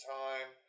time